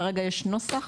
כרגע יש נוסח